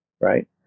Right